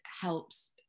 helps